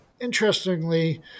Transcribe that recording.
interestingly